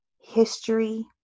history